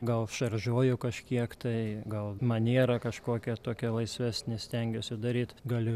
gal šaržuoju kažkiek tai gal maniera kažkokia tokia laisvesnė stengiuosi daryt galiu